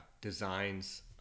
designs